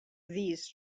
these